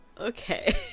Okay